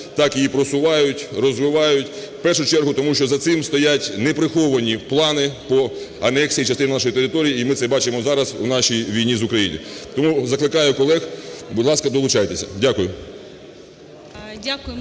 так її просувають, розвивають у першу чергу, тому що за цим стоять неприховані плани по анексії частини нашої території, і ми це бачимо зараз у нашій війні з ....... Тому закликаю колег, будь ласка, долучайтеся. Дякую.